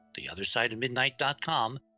theothersideofmidnight.com